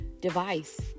device